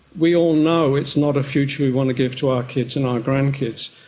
we all know it's not a future we want to give to our kids and our grandkids.